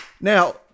Now